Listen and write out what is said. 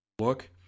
look